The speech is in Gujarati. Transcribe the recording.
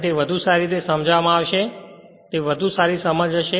તેને વધુ સારી રીતે સમજાવવામાં આવશે તે વધુ સારી સમજ હશે